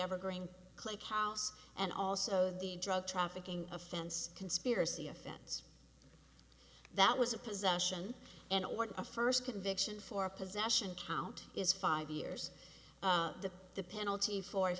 ever growing click house and also the drug trafficking offense conspiracy offense that was a possession and it was a first conviction for possession count is five years that the penalty for